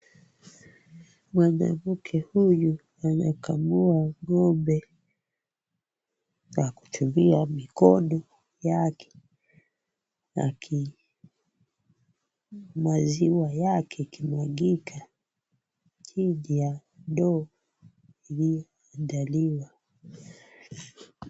Mwanamke huyu, anakamua ng'ombe kwa kutumia mikono yake, maziwa yake yakimwagika chini ya ndoo iliyoandaliwa.